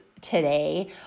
today